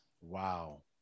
Wow